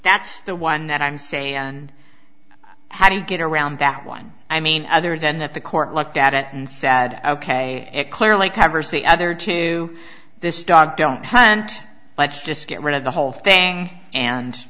that's the one that i'm saying and how do you get around that one i mean other than that the court looked at it and sad ok it clearly conversely other to this dog don't hand let's just get rid of the whole thing and